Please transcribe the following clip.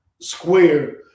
square